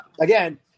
again